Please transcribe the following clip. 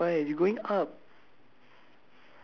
no that is anticlockwise you going up